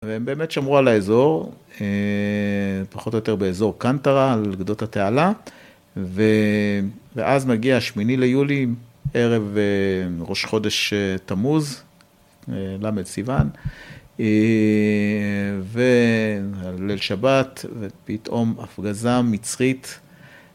והם באמת שמרו על האזור, פחות או יותר באזור קנטרה, על אגדות התעלה, ואז מגיע השמיני ליולי, ערב ראש חודש תמוז, ל' סיון, וליל שבת, ופתאום הפגזה מצרית.